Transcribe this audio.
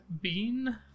Bean